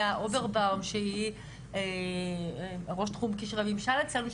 אוברבאום שהיא ראש תחום קשרי ממשל אצלנו,